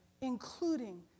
including